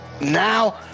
now